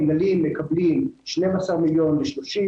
30 המינהלים מקבלים 12 מיליון שקלים,